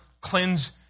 cleanse